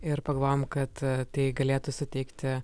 ir pagalvojom kad tai galėtų suteikti